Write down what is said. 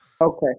Okay